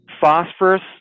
phosphorus